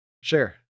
Sure